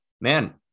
man